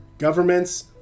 Governments